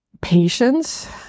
patience